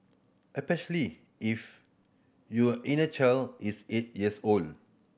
especially if your inner child is eight years old